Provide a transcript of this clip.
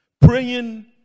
praying